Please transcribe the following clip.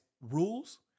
rules